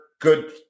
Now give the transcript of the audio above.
Good –